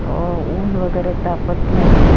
ऊन वगैरे तापत नाही